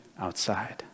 outside